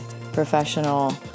professional